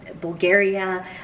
bulgaria